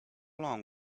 long